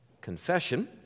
confession